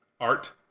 Art